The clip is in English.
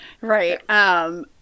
Right